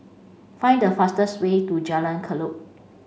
find the fastest way to Jalan Kelulut